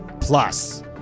Plus